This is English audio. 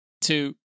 two